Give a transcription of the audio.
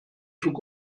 took